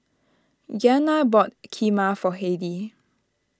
Giana bought Kheema for Heidy